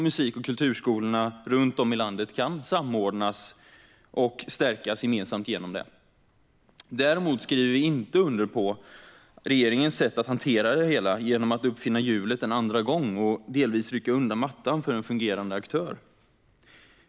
Musik och kulturskolorna runt om i landet kan samordnas och stärkas gemensamt genom detta. Däremot skriver vi inte under på regeringens sätt att hantera det hela genom att uppfinna hjulet en andra gång och delvis rycka undan mattan för en fungerande aktör.